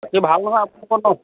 সি ভাল নহয় আপোনাৰ লগত ন